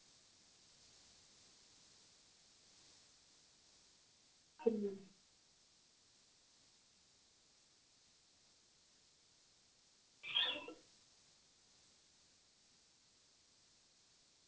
किन्नी